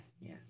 Yes